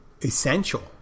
essential